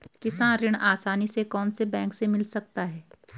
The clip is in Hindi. किसान ऋण आसानी से कौनसे बैंक से मिल सकता है?